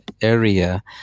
area